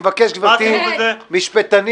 מה עשינו בזה?